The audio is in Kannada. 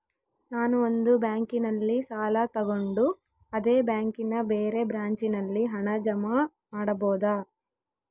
ನಾನು ಒಂದು ಬ್ಯಾಂಕಿನಲ್ಲಿ ಸಾಲ ತಗೊಂಡು ಅದೇ ಬ್ಯಾಂಕಿನ ಬೇರೆ ಬ್ರಾಂಚಿನಲ್ಲಿ ಹಣ ಜಮಾ ಮಾಡಬೋದ?